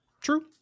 True